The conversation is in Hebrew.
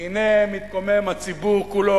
הנה מתקומם הציבור כולו.